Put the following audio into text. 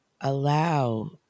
allow